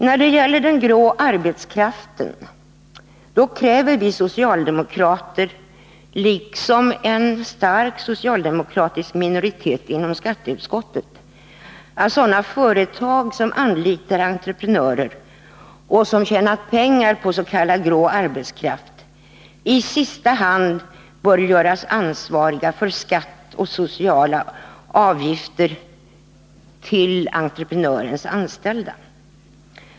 När det gäller den grå arbetskraften kräver vi socialdemokrater, liksom en stark socialdemokratisk minoritet inom skatteutskottet, att sådana företag som anlitar entreprenörer och som tjänat pengar på s.k. grå arbetskraft i sista hand bör göras ansvariga för att skatt och sociala avgifter betalas för entreprenörernas anställda.